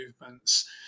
movements